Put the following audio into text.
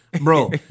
Bro